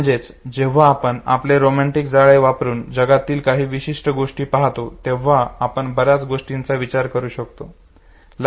म्हणजेच जेव्हा आपण आपले सिमेंटिक जाळे वापरुन जगातील काही विशिष्ट गोष्टी पाहतो तेव्हा आपण बर्याच गोष्टींचा विचार करू शकतो